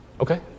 Okay